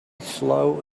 slow